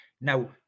now